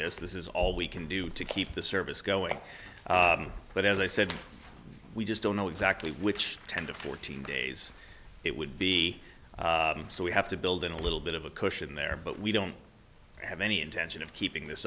this this is all we can do to keep the service going but as i said we just don't know exactly which ten to fourteen days it would be so we have to build in a little bit of a cushion there but we don't have any intention of keeping this